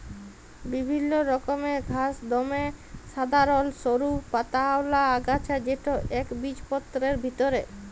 বিভিল্ল্য রকমের ঘাঁস দমে সাধারল সরু পাতাআওলা আগাছা যেট ইকবিজপত্রের ভিতরে